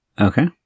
Okay